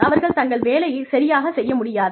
அவர்கள் தங்கள் வேலையைச் சரியாகச் செய்ய முடியாது